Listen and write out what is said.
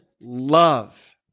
love